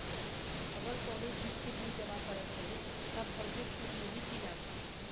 अगर कउनो चीज़ के बिल जमा करत हई तब हमके छूट मिली कि ना?